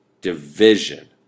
Division